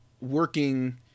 working